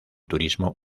turismo